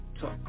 talk